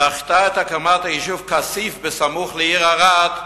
דחתה את הקמת היישוב כסיף סמוך לעיר ערד,